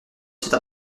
cette